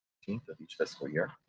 fifteenth of each fiscal year.